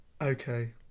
Okay